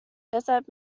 deshalb